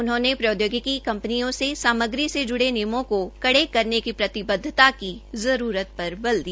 उन्होंने प्रौदयोगिकी कंपनियों से सामग्री से जुड़े नियमों को कड़े करने की प्रतिबदवता की जरूरत पर बल दिया